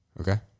Okay